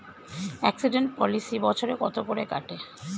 Accident policy বছরে কত করে কাটে?